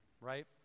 Right